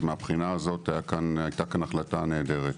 מבחינה זו הייתה פה החלטה נהדרת.